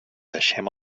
deixem